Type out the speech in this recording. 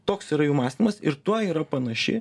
toks yra jų mąstymas ir tuo yra panaši